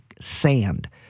sand